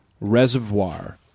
reservoir